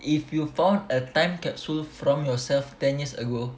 if you found a time capsule from yourself ten years ago